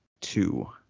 two